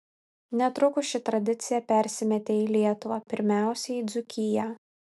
netrukus ši tradicija persimetė į lietuvą pirmiausia į dzūkiją